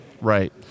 Right